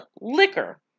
liquor